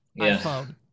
iPhone